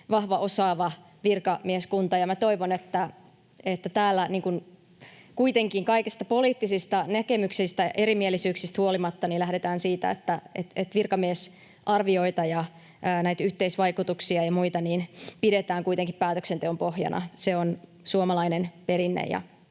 vahva ja osaava virkamieskunta, ja minä toivon, että täällä kuitenkin, kaikista poliittisista näkemyksistä ja erimielisyyksistä huolimatta, lähdetään siitä, että virkamiesarvioita ja näitä yhteisvaikutuksia ja muita pidetään päätöksenteon pohjana. Se on suomalainen perinne